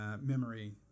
memory